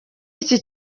iki